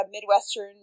Midwestern